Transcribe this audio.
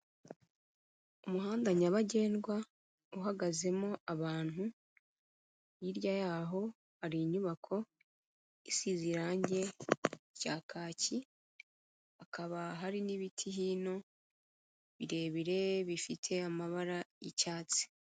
Umuhanda nyabagendwa uhagazemo abantu, hirya y'aho hari inyubako isize irange rya kaki, hakaba hari n'ibiti hino birebire bifite amabara y'icyatsi.